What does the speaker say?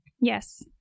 yes